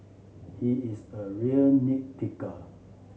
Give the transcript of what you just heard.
he is a real nit picker